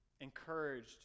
encouraged